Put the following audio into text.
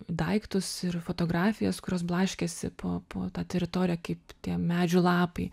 daiktus ir fotografijas kurios blaškėsi po po tą teritoriją kaip tie medžių lapai